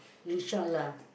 we short lah